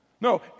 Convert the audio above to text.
No